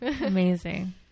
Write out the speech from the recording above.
amazing